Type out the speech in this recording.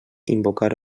invocar